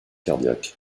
cardiaque